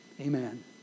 Amen